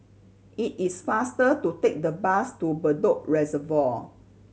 it is faster to take the bus to Bedok Reservoir